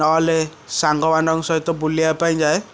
ନହେଲେ ସାଙ୍ଗ ମାନଙ୍କ ସହିତ ବୁଲିବା ପାଇଁ ଯାଏ